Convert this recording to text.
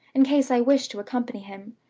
in case i wished to accompany him!